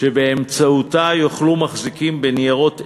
שבאמצעותה יוכלו מחזיקים בניירות ערך,